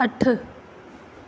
अठ